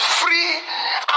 free